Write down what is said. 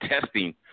testing